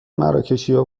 مراکشیا